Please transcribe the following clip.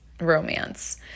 romance